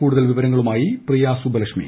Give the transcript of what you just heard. കൂടുതൽ വിവരങ്ങളുമായി പ്രിയ സുബ്ബലക്ഷ്മി